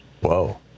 Whoa